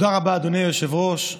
תודה רבה, אדוני היושב-ראש.